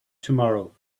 tomorrow